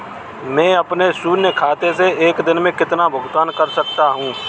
मैं अपने शून्य खाते से एक दिन में कितना भुगतान कर सकता हूँ?